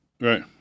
Right